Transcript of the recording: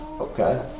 Okay